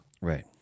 Right